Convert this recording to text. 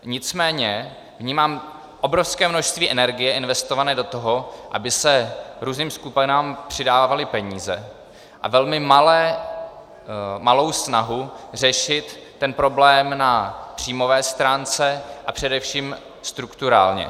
Nicméně vnímám obrovské množství energie investované do toho, aby se různým skupinám přidávaly peníze, a velmi malou snahu řešit ten problém na příjmové stránce a především strukturálně.